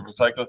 recycle